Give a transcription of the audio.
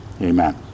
Amen